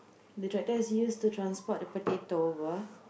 the tractor is used to transport the potato apa